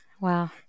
Wow